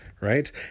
Right